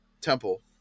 Temple